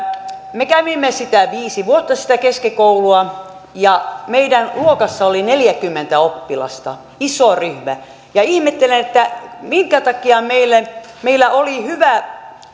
me kävimme viisi vuotta sitä keskikoulua ja meidän luokassamme oli neljäkymmentä oppilasta iso ryhmä ja ihmettelen minkä takia meidän oli hyvä